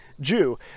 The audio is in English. Jew